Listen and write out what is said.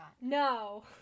No